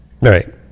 Right